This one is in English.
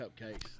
cupcakes